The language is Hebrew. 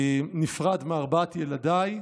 נפרד מארבעת ילדיי,